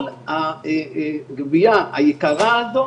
כל הגבייה היקרה הזאת